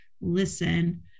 listen